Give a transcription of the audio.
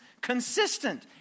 consistent